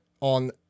on